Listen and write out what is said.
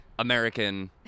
American